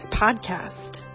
Podcast